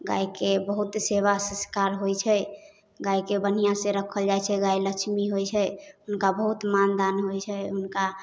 गायके बहुत सेवा सत्कार होइत छै गायके बढ़िऑं से राखल जाइत छै गाय लक्ष्मी होइत छै हुनका बहुत मानदान होइत छै हुनका